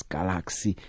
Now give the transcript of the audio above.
Galaxy